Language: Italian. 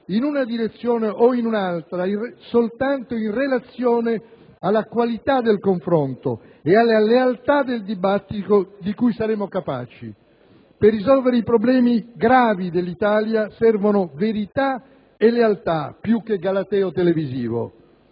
in una direzione o in un'altra soltanto in relazione alla qualità del confronto e alla lealtà del dibattito di cui saremo capaci. Per risolvere i problemi gravi dell'Italia servono verità e lealtà, più che galateo televisivo.